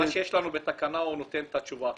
מה שיש לנו בתקנה נותן את התשובה.